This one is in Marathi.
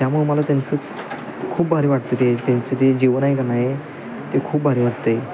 त्यामुळे मला त्यांचं खूप भारी वाटतं ते त्यांचं ते जीवन आहे का नाही ते खूप भारी वाटत आहे